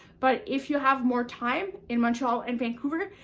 but, if you have more time in montreal and vancouver,